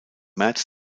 märz